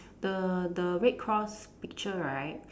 the the red cross picture right